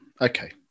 Okay